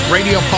Radio